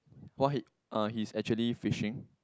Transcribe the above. white uh he's actually fishing